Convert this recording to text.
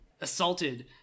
assaulted